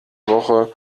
woche